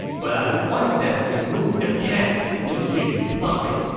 but i want them to move their camps, lu xun replied,